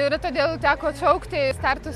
ir todėl teko atšaukti startus